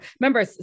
Remember